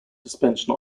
suspension